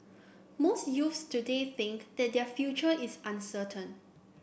most youths today think that their future is uncertain